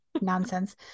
nonsense